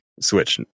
switch